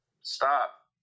stop